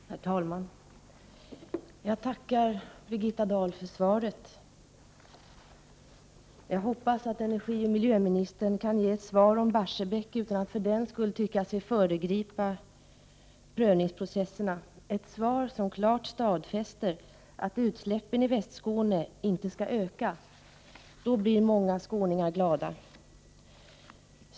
Prot. 1988/89:60 Herr talman! Jag tackar Birgitta Dahl för svaret. Jag hoppas att miljöoch 2 februari 1989 energiministern kan ge ett svar om Barsebäck utan att för den skull tycka sig föregripa prövningsprocesserna, ett svar som klart stadfäster att utsläppen i Västskåne inte skall öka. Då skulle många skåningar bli glada.